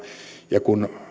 ja kun